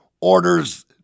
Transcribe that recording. orders